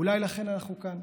אולי לכן אנחנו כאן.